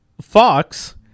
Fox